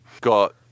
got